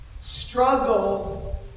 struggle